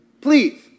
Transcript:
Please